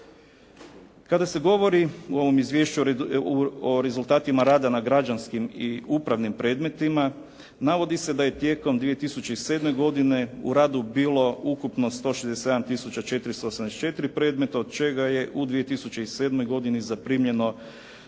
Kada se govori u ovom izvješću o rezultatima rada na građanskim i upravnim predmetima navodi se da je tijekom 2007. godine u radu bilo ukupno 167 tisuća 484 predmeta od čega je u 2007. godini zaprimljeno